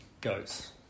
goes